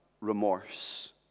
remorse